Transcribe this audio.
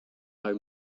our